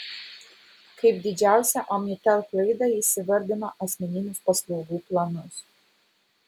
kaip didžiausią omnitel klaidą jis įvardino asmeninius paslaugų planus